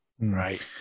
Right